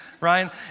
right